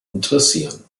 interessieren